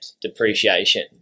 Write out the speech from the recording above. depreciation